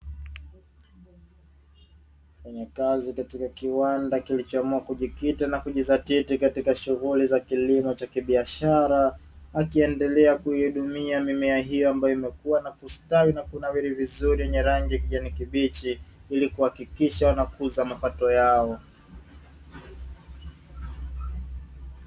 Wafanyakazi katika kiwanda kilichoamua kujikita na kujizatiti katika shughuli za kilimo cha kibiashara, akiendelea kuihudumia mimea hiyo ambayo imekuwa na kustawi na kunawiri vizuri, yenye rangi ya kijani kibichi ili kuhakikisha wanakuza mapato yao.